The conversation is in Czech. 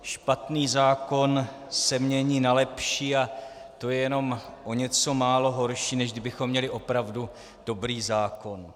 Špatný zákon se mění na lepší a to je jenom o něco málo horší, než kdybychom měli opravdu dobrý zákon.